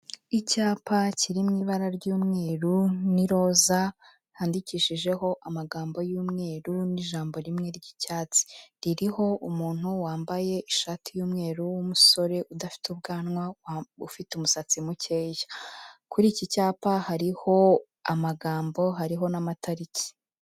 Icyapa kiri mu ibara ry'umweru n'iroza handikishijeho amagambo y'umweru n'ijambo rimwe ry'icyatsi, ririho umuntu wambaye ishati y'umweru w'umusore udafite ubwanwa ufite umusatsi mukeya, kuri iki cyapa hariho amagambo hariho n'amatariki.